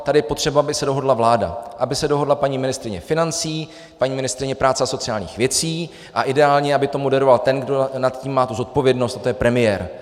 Tady je potřeba, aby se dohodla vláda, aby se dohodla paní ministryně financí, paní ministryně práce a sociálních věcí a ideálně aby to moderoval ten, kdo nad tím má tu zodpovědnost, a to je premiér.